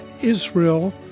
Israel